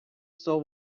stole